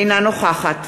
אינה נוכחת